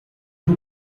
who